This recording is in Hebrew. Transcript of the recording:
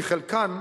כי חלקן